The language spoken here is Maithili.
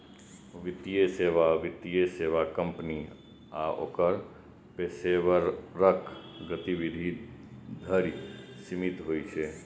वित्तीय सेवा वित्तीय सेवा कंपनी आ ओकर पेशेवरक गतिविधि धरि सीमित होइ छै